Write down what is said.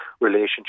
relationship